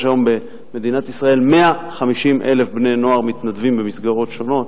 יש היום במדינת ישראל 150,000 בני-נוער מתנדבים במסגרות שונות.